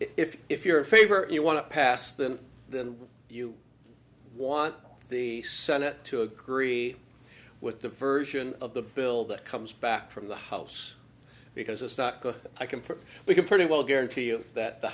you if you're a favor you want to pass them then you want the senate to agree with the version of the bill that comes back from the house because it's not good i can prove we can pretty well guarantee you that the